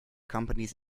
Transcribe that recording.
company’s